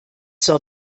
zur